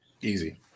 Easy